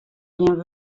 gjin